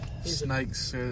Snake's